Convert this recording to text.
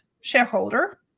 shareholder